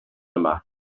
yma